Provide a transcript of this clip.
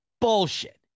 Bullshit